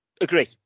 Agree